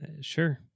sure